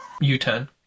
u-turn